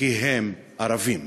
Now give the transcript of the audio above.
כי הם ערבים.